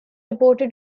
reported